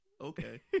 Okay